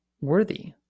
worthy